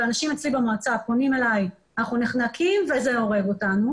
ואנשים אצלי במועצה פונים אליי: אנחנו נחנקים וזה הורג אותנו